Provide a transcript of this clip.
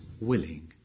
willing